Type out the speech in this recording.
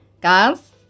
guys